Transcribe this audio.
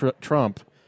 trump